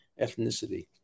ethnicity